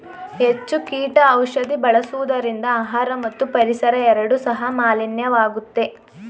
ಹೆಚ್ಚು ಕೀಟ ಔಷಧಿ ಬಳಸುವುದರಿಂದ ಆಹಾರ ಮತ್ತು ಪರಿಸರ ಎರಡು ಸಹ ಮಾಲಿನ್ಯವಾಗುತ್ತೆ